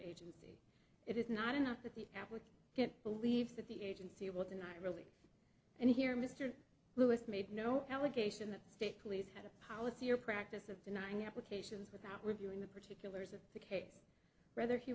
agency it is not enough that the atwood can't believe that the agency will deny really and here mr lewis made no allegation that state police had a policy or practice of denying applications without reviewing the particulars of the